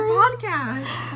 podcast